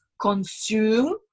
consume